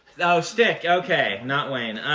oh, stick. okay. not wayne.